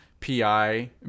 pi